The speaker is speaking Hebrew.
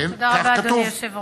כן, כך כתוב.